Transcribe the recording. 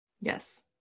Yes